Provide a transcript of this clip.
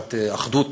כשנת אחדות